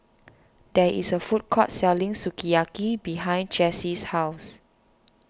there is a food court selling Sukiyaki behind Jessye's house